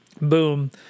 boom